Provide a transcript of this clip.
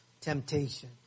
temptation